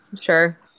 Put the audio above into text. Sure